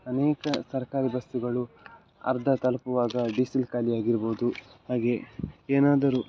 ಅನೇಕ ಸರ್ಕಾರಿ ಬಸ್ಸುಗಳು ಅರ್ಧ ತಲುಪುವಾಗ ಡೀಸೆಲ್ ಖಾಲಿಯಾಗಿರ್ಬೋದು ಹಾಗೇ ಏನಾದರೂ